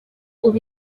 ubu